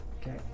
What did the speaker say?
Okay